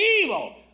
evil